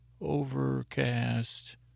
Overcast